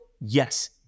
Yes